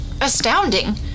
astounding